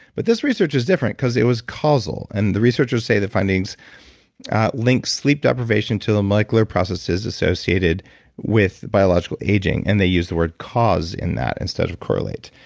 but this research is different because it was causal, and the researchers say the findings link sleep deprivation to molecular processes associated with biological aging, and they use the word cause in that instead of correlate.